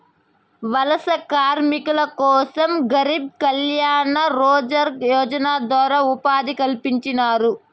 వలస కార్మికుల కోసం గరీబ్ కళ్యాణ్ రోజ్గార్ యోజన ద్వారా ఉపాధి కల్పించినారు